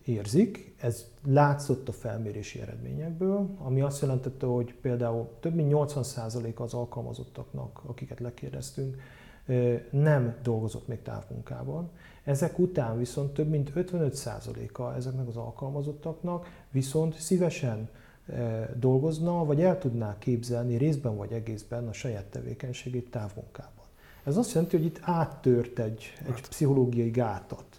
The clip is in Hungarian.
érzik. Ez látszott a felmérési eredményekből, ami azt jelentette, hogy például több mint 80% az alkalmazottaknak, akiket lekérdeztünk, nem dolgozott még távmunkában. Ezek után viszont több mint 55%-a ezeknek az alkalmazottaknak viszont szívesen dolgozna, vagy el tudná képzelni részben vagy egészben a saját tevékenységét távmunkában. Ez azt jelenti, hogy itt áttört egy- egy Hát. pszichológiai gátat.